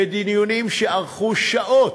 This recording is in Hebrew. בדיונים שארכו שעות,